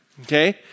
okay